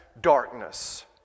darkness